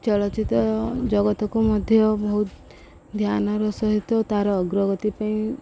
ଚଳଚ୍ଚିତ ଜଗତକୁ ମଧ୍ୟ ବହୁତ ଧ୍ୟାନର ସହିତ ତାର ଅଗ୍ରଗତି ପାଇଁ